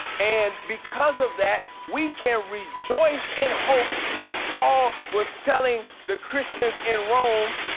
and because of that, we can rejoice in hope like paul was telling the christians in rome,